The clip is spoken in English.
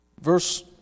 verse